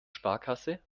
sparkasse